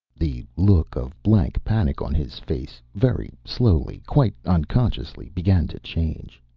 the look of blank panic on his face very slowly, quite unconsciously, began to change.